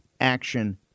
action